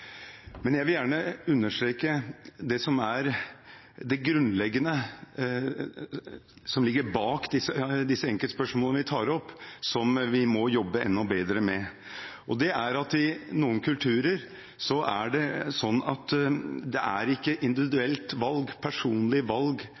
Men jeg vil gjerne understreke det som er det grunnleggende som ligger bak disse enkeltspørsmålene vi tar opp, som vi må jobbe enda bedre med. Det er at i noen kulturer er det slik at det er ikke